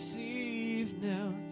Now